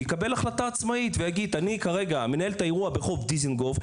יקבל החלטה עצמאית ויגיד: אני כרגע מנהל את האירוע ברחוב דיזינגוף,